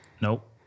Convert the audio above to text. Nope